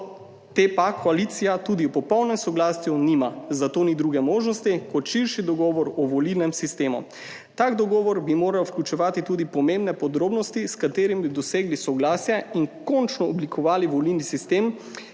te pa koalicija tudi v popolnem soglasju nima. Zato ni druge možnosti kot širši dogovor o volilnem sistemu. Tak dogovor bi moral vključevati tudi pomembne podrobnosti, s katerim bi dosegli soglasje in končno oblikovali volilni sistem,